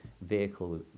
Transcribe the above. vehicle